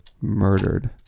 murdered